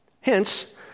Hence